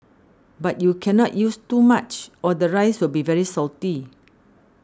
but you cannot use too much or the rice will be very salty